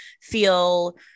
feel